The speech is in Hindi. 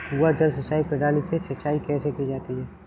कुआँ जल सिंचाई प्रणाली से सिंचाई कैसे की जाती है?